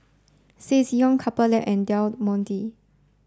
Ssangyong Couple Lab and Del Monte